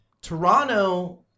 Toronto